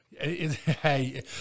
Hey